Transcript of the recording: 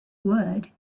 word